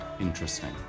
interesting